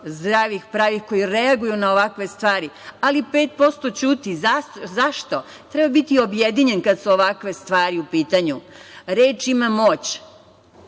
zdravih, pravih koji reaguju na ovakve stvari, ali pet posto ćuti. Zašto? Treba biti objedinjen kada su ovakve stvari u pitanju. Reč ima moć.